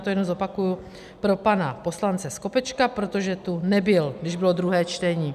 Já to jenom zopakuji pro pana poslance Skopečka, protože tu nebyl, když bylo druhé čtení.